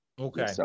Okay